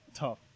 Tough